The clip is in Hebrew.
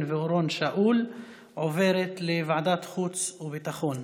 ואורון שאול עוברת לוועדת החוץ והביטחון.